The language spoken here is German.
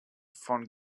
von